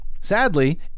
Sadly